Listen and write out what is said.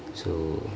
so